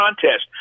contest